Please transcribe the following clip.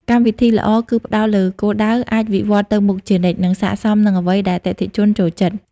កម្មវិធីល្អគឺផ្តោតលើគោលដៅ អាចវិវត្តន៍ទៅមុខជានិច្ច និងស័ក្តិសមនឹងអ្វីដែលអតិថិជនចូលចិត្ត។